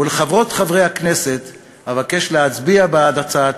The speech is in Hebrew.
ומחברות וחברי הכנסת אבקש להצביע בעד הצעת